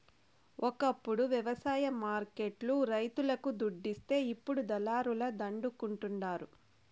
ఒకప్పుడు వ్యవసాయ మార్కెట్ లు రైతులకు దుడ్డిస్తే ఇప్పుడు దళారుల దండుకుంటండారు